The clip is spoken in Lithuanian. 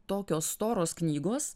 tokios storos knygos